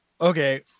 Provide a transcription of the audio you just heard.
Okay